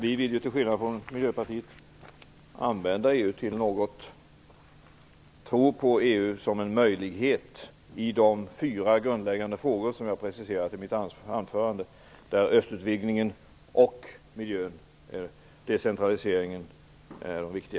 Vi vill ju till skillnad från Miljöpartiet använda EU till något och tro på EU som en möjlighet i de fyra grundläggande frågor som jag preciserade i mitt anförande, där östutvidgningen, miljön och decentraliseringen är de viktiga.